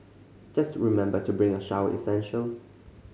just remember to bring your shower essentials